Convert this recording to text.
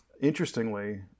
interestingly